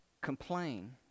complain